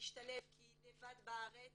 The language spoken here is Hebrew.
להשתלב כי היא לבד בארץ